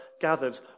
gathered